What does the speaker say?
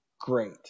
great